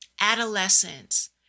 adolescence